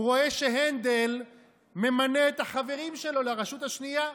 הוא רואה שהנדל ממנה את החברים שלו לרשות השנייה,